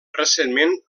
recentment